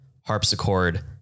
harpsichord